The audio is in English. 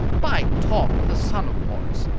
by tom, the son of morris!